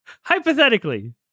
Hypothetically